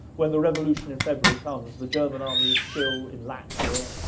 when the revolution in february comes, the german army is still in latvia,